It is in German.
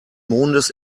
mondes